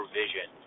vision